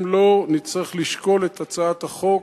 אם לא, נצטרך לשקול את הצעת החוק,